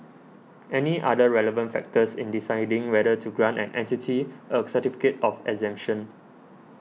any other relevant factors in deciding whether to grant an entity a certificate of exemption